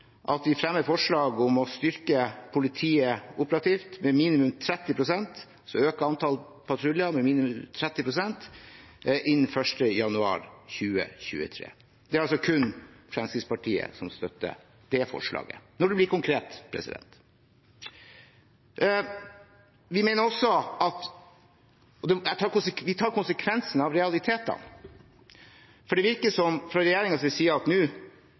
at vi fremmer forslag om å styrke politiet operativt – altså øke antall patruljer – med minimum 30 pst. innen 1. januar 2023. Det er altså kun Fremskrittspartiet som støtter det forslaget – når det blir konkret. Vi tar også konsekvensen av realitetene, for fra regjeringens side virker det som – det står i meldingen – at nå er veksten i politibudsjettet over. Nå